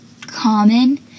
common